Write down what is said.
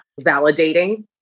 validating